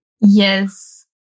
Yes